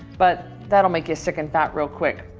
but that'll make you a second thought real quick.